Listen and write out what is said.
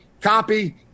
copy